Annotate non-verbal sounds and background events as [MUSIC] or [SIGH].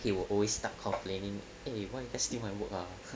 he will always start complaining eh why you guys still my work ah [NOISE]